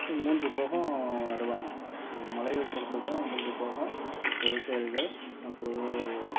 மூன்று போகம் நடுவாங்க ஸோ மழையை பொறுத்து தான் மூன்று போகம் விவசாயிங்க அப்போது